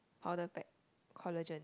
powder pack collagen